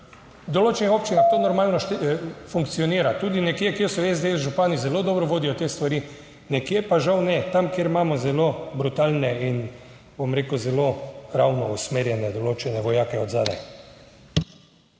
določenih občinah to normalno funkcionira, tudi nekje, kjer so SDS župani, zelo dobro vodijo te stvari, nekje pa, žal, ne, tam, kjer imamo zelo brutalne in, bom rekel, zelo ravno usmerjene določene vojake od zadaj.